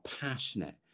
passionate